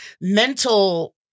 mental